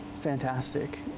fantastic